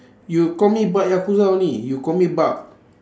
you call me bak yakuza only you call me bak